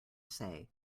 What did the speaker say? say